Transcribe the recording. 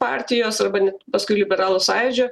partijos arba net paskui liberalų sąjūdžio